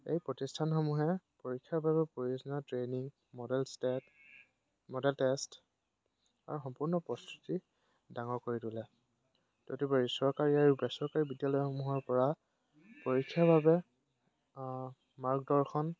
এই প্ৰতিষ্ঠানসমূহে পৰীক্ষাৰ বাবে প্ৰয়োজনীয় training model state model test আৰু সম্পূৰ্ণ প্ৰস্তুতি ডাঙৰ কৰি তোলে তদুপৰি চৰকাৰী আৰু বেচৰকাৰী বিদ্যালয়সমূহৰ পৰা পৰীক্ষাৰ বাবে মাৰ্গদৰ্শন